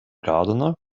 gardener